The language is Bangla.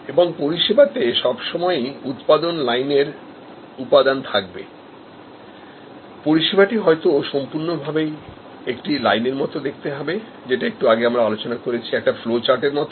এবং পরিষেবাতে সবসময়ই উৎপাদন লাইনের উপাদান থাকবে পরিষেবাটি হয়তো সম্পূর্ণভাবেই একটা লাইনের মতো দেখতে হবে যেটা একটু আগে আমরা আলোচনা করেছি একটি ফ্লো চার্টের মত